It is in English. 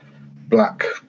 black